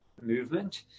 movement